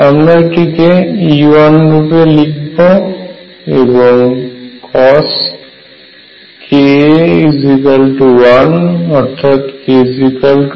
আমরা এটিকে E1 রূপে লিখব এবং এখানে cos ka 1 অর্থাৎ k0